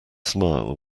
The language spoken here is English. smile